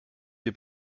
wir